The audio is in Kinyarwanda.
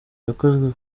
yakozwe